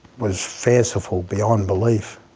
was fanciful beyond belief.